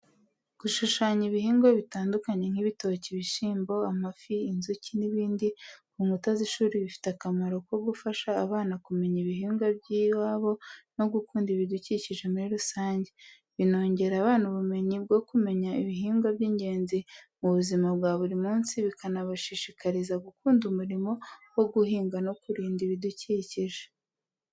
Gushushanya ibihingwa bitandukanye nk'ibitoki, ibishyimbo, amafi, inzuki n'ibindi ku nkuta z’ishuri bifite akamaro ko gufasha abana kumenya ibihingwa by’iwabo no gukunda ibidukikije muri rusange. Binongera abana ubumenyi bwo kumenya ibihingwa by’ingenzi mu buzima bwa buri munsi, bikanabashishikariza gukunda umurimo wo guhinga no kurinda ibidukikije.